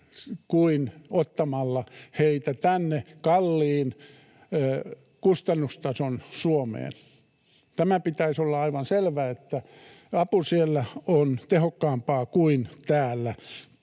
kuin jos ottaisimme heitä tänne kalliin kustannustason Suomeen. Tämän pitäisi olla aivan selvä, että apu siellä on tehokkaampaa kuin täällä.